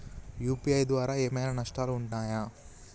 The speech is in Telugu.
యూ.పీ.ఐ ద్వారా ఏమైనా నష్టాలు ఉన్నయా?